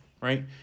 right